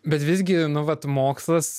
bet visgi nu vat mokslas